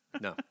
No